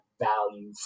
value